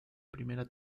primera